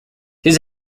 his